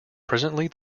presently